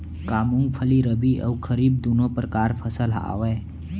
का मूंगफली रबि अऊ खरीफ दूनो परकार फसल आवय?